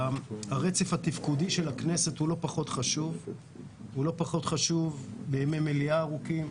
הרצף התפקודי של הכנסת הוא לא פחות חשוב בימי מליאה ארוכים,